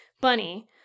bunny